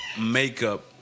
makeup